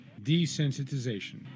Desensitization